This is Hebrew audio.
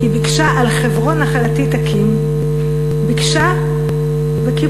היא ביקשה "על חברון נחלתי תקים" ביקשה וקיבלה.